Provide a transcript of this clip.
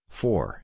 four